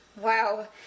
Wow